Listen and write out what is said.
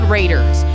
Raiders